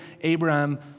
Abraham